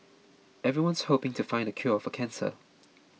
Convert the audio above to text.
everyone's hoping to find the cure for cancer